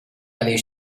aller